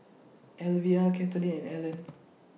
Alivia Katelin and Allan